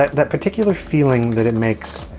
that that particular feeling that it makes,